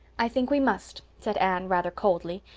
i think we must, said anne, rather coldly.